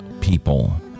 people